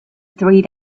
three